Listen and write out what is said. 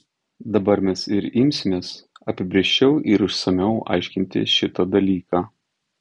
dabar mes ir imsimės apibrėžčiau ir išsamiau aiškinti šitą dalyką